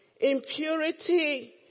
impurity